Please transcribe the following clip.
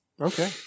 Okay